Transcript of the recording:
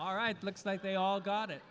all right looks like they all got it